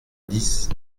dix